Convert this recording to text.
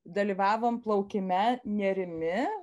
dalyvavom plaukime nerimi